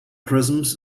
prisms